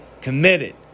committed